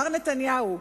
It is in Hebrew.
מר נתניהו,